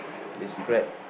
describe